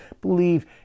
believe